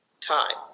time